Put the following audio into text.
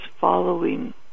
following